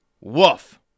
Woof